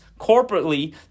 corporately